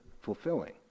fulfilling